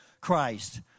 Christ